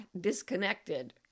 disconnected